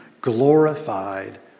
glorified